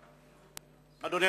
יש דברים שאנחנו מסכימים עליהם,